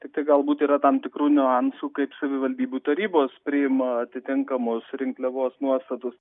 tiktai galbūt yra tam tikrų niuansų kaip savivaldybių tarybos priima atitinkamos rinkliavos nuostatus